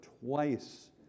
twice